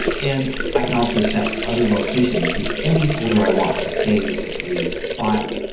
and i can also set other location. choose any folder i want to save the file.